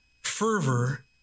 fervor